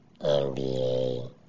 NBA